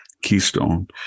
Keystone